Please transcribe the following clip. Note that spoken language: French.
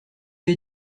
les